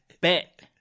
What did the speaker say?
bet